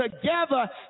together